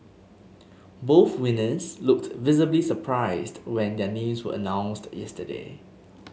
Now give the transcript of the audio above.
both winners looked visibly surprised when their names were announced yesterday